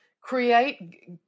Create